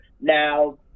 Now